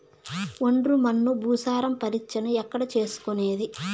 ఒండ్రు మన్ను భూసారం పరీక్షను ఎక్కడ చేసుకునేది?